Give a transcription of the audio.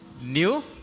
new